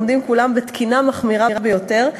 עומדים כולם בתקינה מחמירה ביותר,